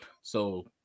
So-